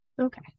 Okay